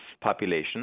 population